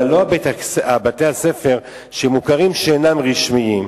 אבל לא בתי-הספר המוכרים שאינם רשמיים,